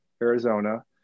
Arizona